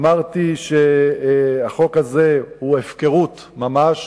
אמרתי שהחוק הזה הוא הפקרות ממש.